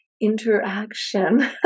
interaction